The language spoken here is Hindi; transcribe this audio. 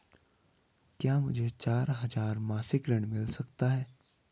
क्या मुझे चार हजार मासिक ऋण मिल सकता है?